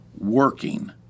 working